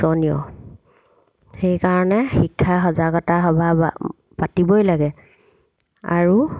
সেইকাৰণে শিক্ষাৰ সজাগতা সভা পাতিবই লাগে আৰু